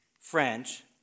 French